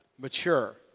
mature